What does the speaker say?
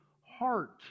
heart